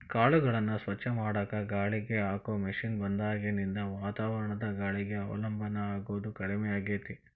ಕಾಳುಗಳನ್ನ ಸ್ವಚ್ಛ ಮಾಡಾಕ ಗಾಳಿಗೆ ಹಾಕೋ ಮಷೇನ್ ಬಂದಾಗಿನಿಂದ ವಾತಾವರಣದ ಗಾಳಿಗೆ ಅವಲಂಬನ ಆಗೋದು ಕಡಿಮೆ ಆಗೇತಿ